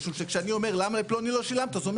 אני, אני, אתה יכול לתת לי לסיים?